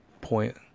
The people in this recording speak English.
point